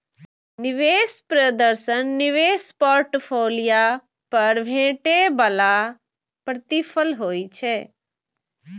निवेश प्रदर्शन निवेश पोर्टफोलियो पर भेटै बला प्रतिफल होइ छै